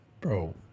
Bro